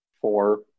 Four